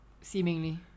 Seemingly